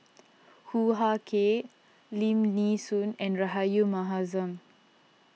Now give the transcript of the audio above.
Hoo Ah Kay Lim Nee Soon and Rahayu Mahzam